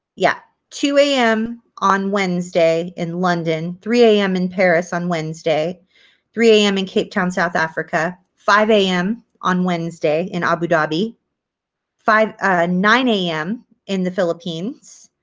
yeah, two am am on wednesday in london three am in paris on wednesday three am in cape town, south africa five am on wednesday in abu dhabi nine am in the philippines.